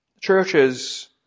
Churches